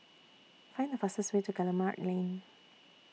Find The fastest Way to Guillemard Lane